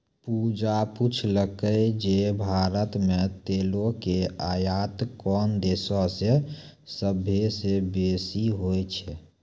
पूजा पुछलकै जे भारत मे तेलो के आयात कोन देशो से सभ्भे से बेसी होय छै?